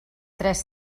tres